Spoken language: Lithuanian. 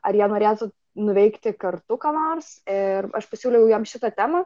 ar jie norėtų nuveikti kartu ką nors ir aš pasiūliau jiem šitą temą